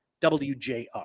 WJR